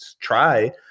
try